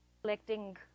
collecting